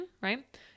right